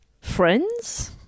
Friends